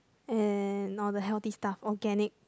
and all the healthy stuff organic